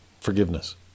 forgiveness